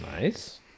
Nice